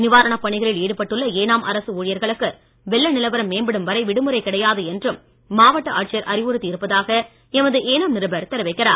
நிவாரணப் பணிகளில் ஈடுபட்டுள்ள ஏனாம் அரசு ஊழியர்களுக்கு வெள்ள நிலவரம் மேம்படும் வரை விடுமுறை கிடையாது என்றும் மாவட்ட ஆட்சியர் அறிவுறுத்தி இருப்பதாக எமது ஏனாம் நிருபர் தெரிவிக்கிறார்